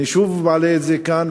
אני שוב מעלה את זה כאן,